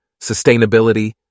sustainability